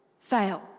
fail